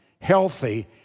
healthy